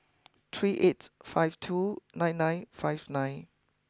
three eight five two nine nine five nine